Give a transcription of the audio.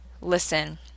listen